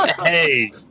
Hey